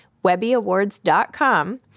webbyawards.com